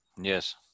Yes